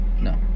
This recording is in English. No